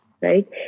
right